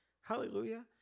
Hallelujah